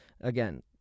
again